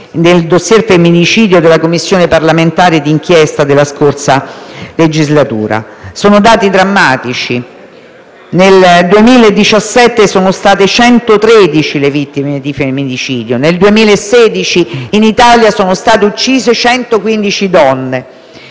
nel *dossier* sul femminicidio della Commissione parlamentare d'inchiesta della scorsa legislatura. Sono dati drammatici. Nel 2017 sono state 113 le vittime di femminicidio; nel 2016, in Italia, sono state uccise 115 donne;